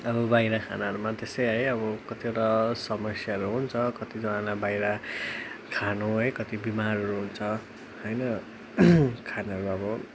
अब बाहिर खानाहरूमा त्यस्तै है अब कतिवटा समस्याहरू हुन्छ कतिजनालाई बाहिर खानु है कति बिमारहरू हुन्छ होइन खानाहरू अब